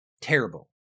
terrible